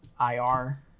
IR